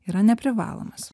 yra neprivalomas